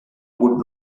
would